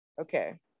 Okay